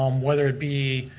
um whether it be.